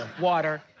water